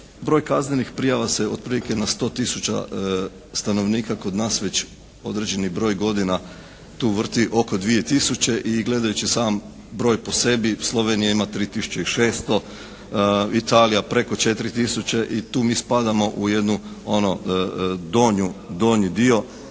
broj kaznenih prijava se otprilike na 100 tisuća stanovnika kod nas već određeni broj godina tu vrti oko 2 tisuće i gledajući sam broj po sebi Slovenija ima 3 tisuće i 600, Italija preko 4 tisuće i tu mi spadamo u jednu ono